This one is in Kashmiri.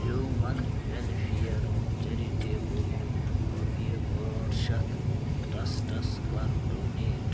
ہیوٗمَن وٮ۪لفِیَر چٮ۪رِٹیبٕل رۄپیہِ ٲٹھ شَتھ ٹرٛسٹَس کَر ڈونیٹ